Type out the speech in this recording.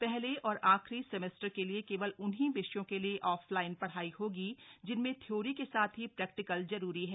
पहले और आखिरी सेमेस्टर के लिए केवल उन्हीं विषयों के लिए ऑफलाइन पढ़ाई होगी जिनमें थ्योरी के साथ ही प्रैक्टिल जरूरी है